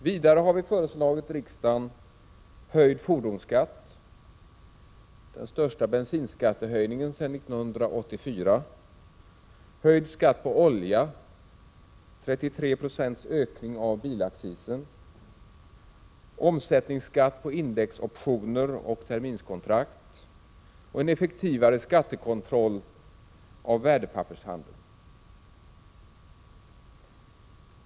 Vidare har vi föreslagit riksdagen höjd fordonsskatt, den största bensinskattehöjningen sedan 1984, höjd skatt på olja, 33 20 ökning av bilaccisen, omsättningsskatt på indexoptioner och terminskontrakt samt effektivare skattekontroll av värdepappershandeln.